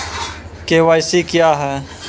KYC क्या हैं?